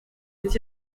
est